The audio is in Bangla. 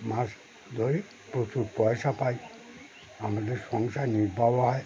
মাছ ধরে প্রচুর পয়সা পাই আমাদের সংসার নির্বাহ হয়